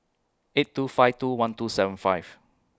eight two five two one two seven five